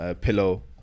pillow